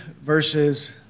verses